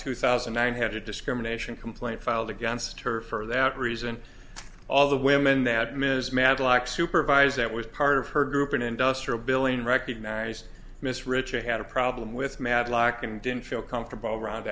two thousand and nine had a discrimination complaint filed against her for that reason all the women that ms matlock supervised that was part of her group an industrial billing recognized miss ritchie had a problem with matlock and didn't feel comfortable around